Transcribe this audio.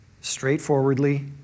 straightforwardly